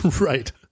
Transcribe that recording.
Right